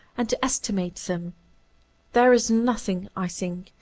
and to estimate them there is nothing, i think,